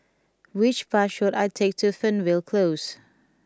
which bus should I take to Fernvale Close